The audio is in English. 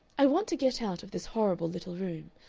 i want to get out of this horrible little room.